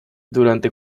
durante